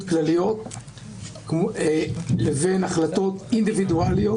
כלליות לבין החלטות אינדיבידואליות.